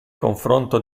confronto